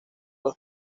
los